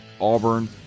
Auburn